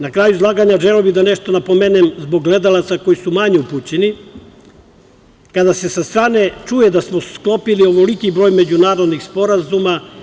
Na kraju izlaganja, želeo bih da nešto napomenem zbog gledalaca koji su manje upućeni kada se sa strane čuje da smo sklopili ovoliki broj međunarodnih sporazuma.